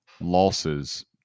losses